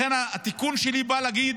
לכן התיקון שלי בא להגיד: